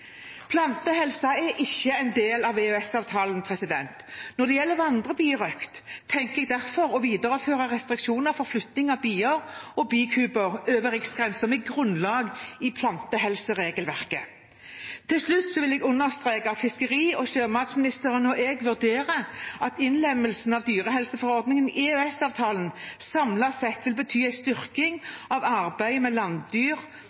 Plantehelse er ikke en del av EØS-avtalen. Når det gjelder vandrebirøkt, tenker jeg derfor å videreføre restriksjoner for flytting av bier og bikuber over riksgrensen med grunnlag i plantehelseregelverket. Til slutt vil jeg understreke at fiskeri- og sjømatministeren og jeg vurderer at innlemmelsen av dyrehelseforordningen i EØS-avtalen samlet sett vil bety en styrking av arbeidet med landdyr-